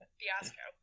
fiasco